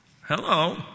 Hello